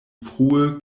frue